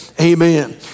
amen